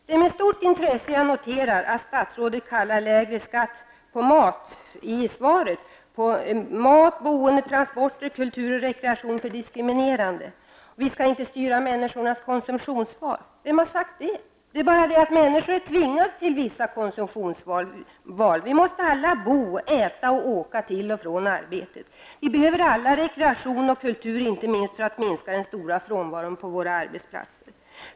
Det är med stort intresse jag noterar att statsrådet i svaret kallar lägre skatt på mat, boende, transporter, kultur och rekreation för diskriminerande. Vi skall inte styra människors konsumtionsval. Vem har sagt det? Det är bara det att människor är tvingade till vissa konsumtionsval. Vi måste alla bo, äta och åka till och från arbetet. Vi behöver alla rekreation och kultur, inte minst för att minska den stora frånvaron på våra arbetsplatser.